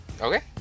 Okay